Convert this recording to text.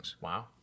Wow